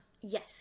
Yes